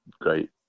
great